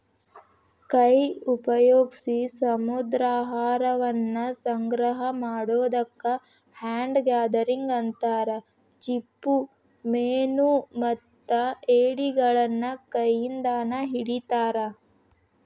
ಕೈ ಉಪಯೋಗ್ಸಿ ಸಮುದ್ರಾಹಾರವನ್ನ ಸಂಗ್ರಹ ಮಾಡೋದಕ್ಕ ಹ್ಯಾಂಡ್ ಗ್ಯಾದರಿಂಗ್ ಅಂತಾರ, ಚಿಪ್ಪುಮೇನುಮತ್ತ ಏಡಿಗಳನ್ನ ಕೈಯಿಂದಾನ ಹಿಡಿತಾರ